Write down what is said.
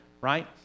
right